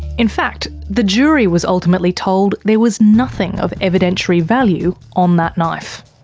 in fact, the jury was ultimately told there was nothing of evidentiary value on that knife.